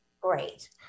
great